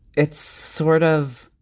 it's sort of.